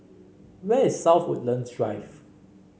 where is South Woodlands Drive